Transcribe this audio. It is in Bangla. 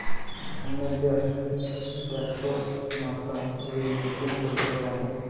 অনেক দ্যাশ ট্যাক্সের মাত্রা অনুযায়ী নতুন পরিষেবা বানায়